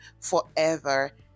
forever